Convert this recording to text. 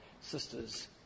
sisters